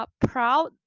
proud